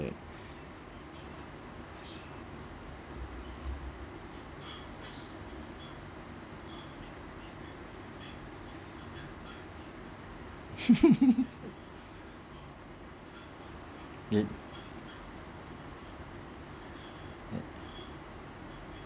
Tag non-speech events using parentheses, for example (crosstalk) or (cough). (laughs)